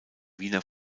wiener